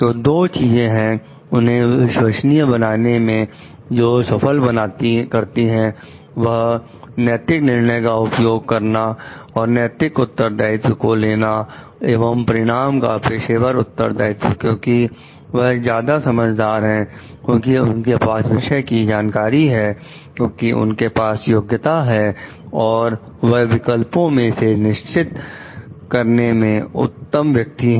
तो दो चीज है उन्हें विश्वसनीय बनाने में जो सफल करती हैं वह नैतिक निर्णय का उपयोग करना और नैतिक उत्तरदायित्व को लेना एवं परिणाम का पेशावर उत्तरदायित्व क्योंकि वह ज्यादा समझदार है क्योंकि उनके पास विषय की जानकारी है क्योंकि उनके पास योग्यता है और वह विकल्पों में से निश्चित करने में उत्तम व्यक्ति हैं